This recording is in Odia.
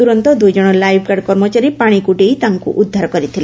ତୁରନ୍ତ ଦୁଇଜଶ ଲାଇଫ ଗାର୍ଡ କର୍ମଚାରୀ ପାଶିକ୍ ଡେଇଁ ତାଙ୍କୁ ଉଦ୍ଧାର କରିଥିଲେ